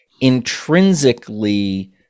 intrinsically